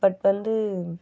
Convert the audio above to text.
but வந்து